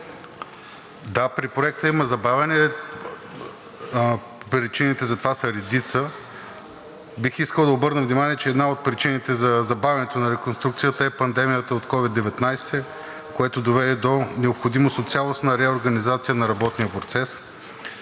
Да, при проекта има забавяне и причините за това са редица. Бих искал да обърна внимание, че една от причините за забавянето на реконструкцията е пандемията от COVID-19, което доведе до необходимост от цялостна реорганизация на работния процес.